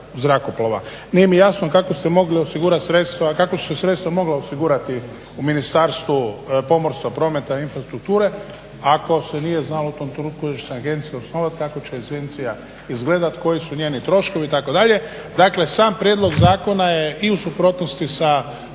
kako su se sredstva mogla osigurati u Ministarstvu pomorstva, prometa i infrastrukture ako se nije znalo u tom trenutku da će se agencije osnovati, kako će agencija izgledati, koji su njeni troškovi itd. Dakle sam prijedlog zakona je i u suprotnosti i